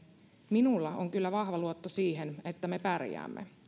minulla on kyllä vahva luotto siihen että me pärjäämme